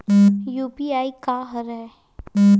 UPI का हरय?